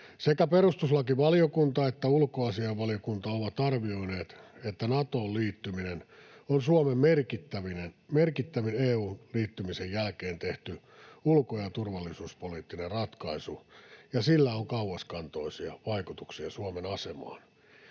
Sekä perustuslakivaliokunta että ulkoasiainvaliokunta ovat arvioineet, että Natoon liittyminen on Suomen merkittävin EU:hun liittymisen jälkeen tehty ulko- ja turvallisuuspoliittinen ratkaisu ja sillä on kauaskantoisia vaikutuksia Suomen asemaan.